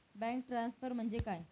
Bank transfer म्हणजे काय?